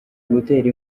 gutera